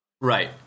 Right